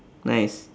nice